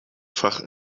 fach